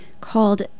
called